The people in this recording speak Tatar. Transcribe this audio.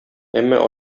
әмма